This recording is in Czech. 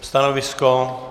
Stanovisko?